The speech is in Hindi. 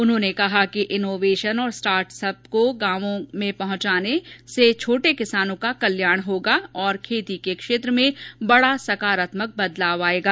उन्होंने कहा कि इनोवेशन और स्टार्टअप्स गांव गांव पहुंचने से छोटे किसानों का कल्याण होगा और खेती के क्षेत्र में बड़ा सकारात्मक बदलाव आएगा